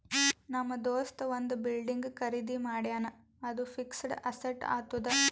ನಮ್ ದೋಸ್ತ ಒಂದ್ ಬಿಲ್ಡಿಂಗ್ ಖರ್ದಿ ಮಾಡ್ಯಾನ್ ಅದು ಫಿಕ್ಸಡ್ ಅಸೆಟ್ ಆತ್ತುದ್